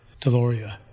Deloria